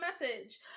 message